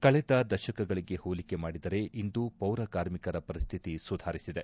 ಕಳೆದ ದಶಕಗಳಗೆ ಹೋಲಿಕೆ ಮಾಡಿದರೆ ಇಂದು ಪೌರಕಾರ್ಮಿಕರ ಪರಿಸ್ಟಿತಿ ಸುಧಾರಿಸಿದೆ